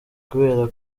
kubera